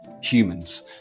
humans